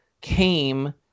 came